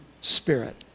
spirit